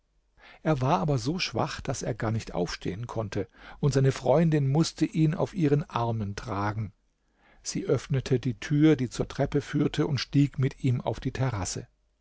er war aber so schwach daß er gar nicht aufstehen konnte und seine freundin mußte ihn auf ihren armen tragen sie öffnete die tür die zur treppe führte und stieg mit ihm auf die terrasse